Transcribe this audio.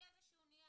היא איזשהו נייר,